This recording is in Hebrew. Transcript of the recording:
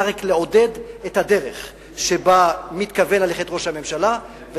אלא רק לעודד את הדרך שבה ראש הממשלה מתכוון ללכת